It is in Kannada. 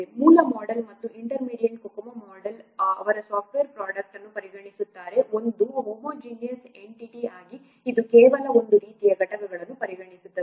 ಮೂಲ ಮೊಡೆಲ್ ಮತ್ತು ಇಂಟರ್ಮೀಡಿಯೇಟ್ COCOMO ಮೊಡೆಲ್ ಅವರು ಸಾಫ್ಟ್ವೇರ್ ಪ್ರಾಡಕ್ಟ್ ಅನ್ನು ಪರಿಗಣಿಸುತ್ತಾರೆ ಒಂದೇ ಹೊಮೊಜೀನ್ಯಸ್ ಎಂಟಿಟಿಆಗಿ ಇದು ಕೇವಲ ಒಂದು ರೀತಿಯ ಘಟಕಗಳನ್ನು ಪರಿಗಣಿಸಿದಂತೆ